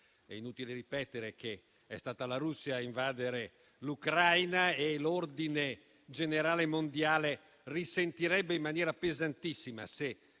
È inutile ripetere che è stata la Russia a invadere l'Ucraina e l'ordine generale mondiale ne risentirebbe in maniera pesantissima, se